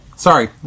Sorry